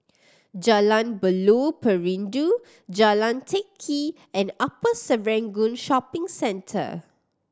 Jalan Buloh Perindu Jalan Teck Kee and Upper Serangoon Shopping Centre